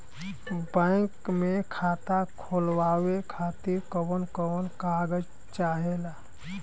Bank मे खाता खोलवावे खातिर कवन कवन कागज चाहेला?